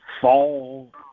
fall